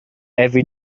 every